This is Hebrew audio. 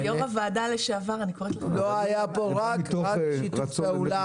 היה פה רק שיתוף פעולה,